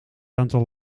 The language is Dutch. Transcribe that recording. aantal